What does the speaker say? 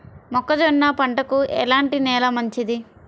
మొక్క జొన్న పంటకు ఎలాంటి నేల మంచిది?